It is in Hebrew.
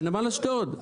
בנמל אשדוד.